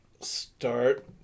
start